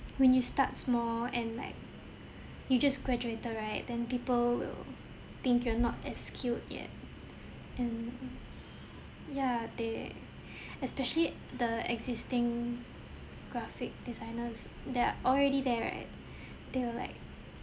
when you start small and like you just graduated right then people will think you're not as skilled yet and ya they especially the existing graphic designers that are already there right they will like